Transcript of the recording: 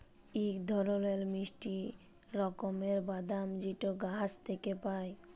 ইক ধরলের মিষ্টি রকমের বাদাম যেট গাহাচ থ্যাইকে পায়